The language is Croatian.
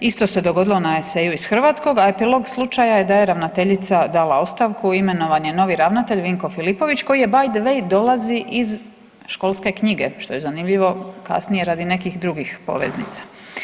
Isto se dogodilo na eseju iz hrvatskog, a epilog slučaja je da je ravnateljica dala ostavku, imenovan je novi ravnatelj Vinko Filipović koji „baj-d-vej“ dolazi iz „Školske knjige“, što je zanimljivo kasnije radi nekih drugih poveznica.